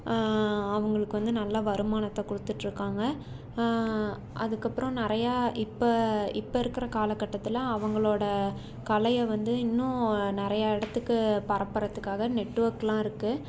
அவங்களுக்கு வந்து நல்ல வருமானத்தை கொடுத்துட்டுருக்காங்க அதுக்கு அப்புறம் நிறையா இப்போ இப்போ இருக்கிற காலக்கட்டத்தில் அவங்களோட கலையை வந்து இன்னும் நிறையா இடத்துக்கு பரப்புறத்துக்காக நெட்டுஒர்க்கெல்லாம் இருக்கு